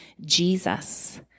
Jesus